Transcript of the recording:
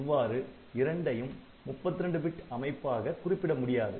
இவ்வாறு இரண்டையும் 32 பிட் அமைப்பாக குறிப்பிட முடியாது